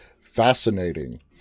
fascinating